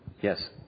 Yes